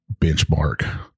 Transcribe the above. Benchmark